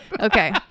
Okay